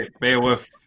Beowulf